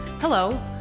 Hello